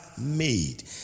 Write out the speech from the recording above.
Made